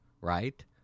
right